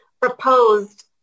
proposed